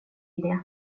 idé